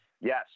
Yes